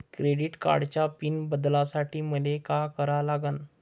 Credit कार्डाचा pin बदलासाठी मले का करा लागन?